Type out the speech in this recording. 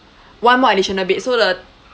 one more additional bed so the